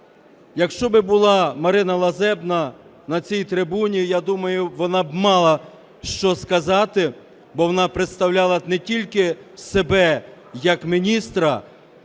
Якщо би була Марина Лазебна на цій трибуні, я думаю, вона б мала, що сказати, бо вона представляла не тільки себе як міністра,